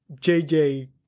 JJ